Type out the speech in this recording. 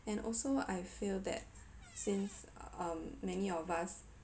and also I feel that since um many of us